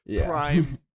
prime